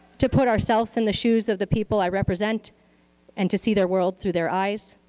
to put ourselves in the shoes of the people i represent and to see their world through their eyes.